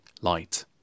light